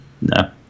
no